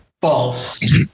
False